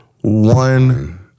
One